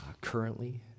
currently